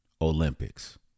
Olympics